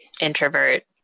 introvert